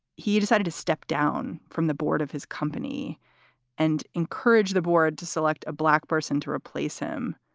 he decided to step down from the board of his company and encourage the board to select a black person to replace him.